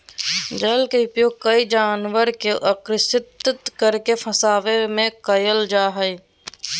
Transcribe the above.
जल के उपयोग कोय जानवर के अक्स्र्दित करके फंसवे में कयल जा हइ